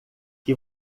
que